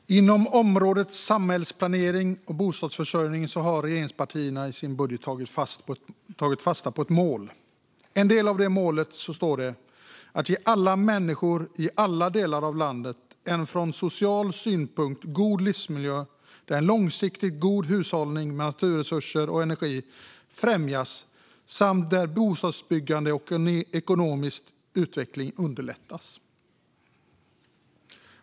Herr talman! Inom området samhällsplanering och bostadsförsörjning har regeringspartierna i sin budget tagit fasta på ett mål. En del av detta mål är att ge alla människor i alla delar av landet en från social synpunkt god livsmiljö där en långsiktigt god hushållning med naturresurser och energi främjas samt där bostadsbyggande och ekonomisk utveckling underlättas.